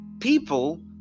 people